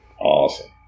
Awesome